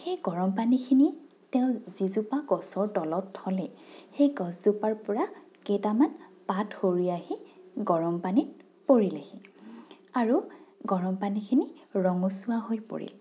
সেই গৰমপানীখিনি তেওঁ যিজোপা গছৰ তলত থ'লে সেই গছজোপাৰ পৰা কেইটামান পাত সৰি আহি গৰমপানীত পৰিলেহি আৰু গৰমপানীখিনি ৰঙচুৱা হৈ পৰিল